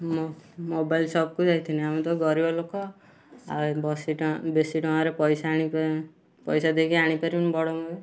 ମୁଁ ମୋବାଇଲ ସପକୁ ଯାଇଥିନି ଆମେ ତ ଗରିବଲୋକ ଆଉ ବସି ଟଙ୍କା ବେଶୀ ଟଙ୍କାରେ ପଇସା ଆଣିପା ପଇସା ଦେଇକି ଆଣିପାରିବୁନି ବଡ଼ ମୁଁ